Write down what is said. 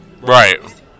Right